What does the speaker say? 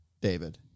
David